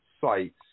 sites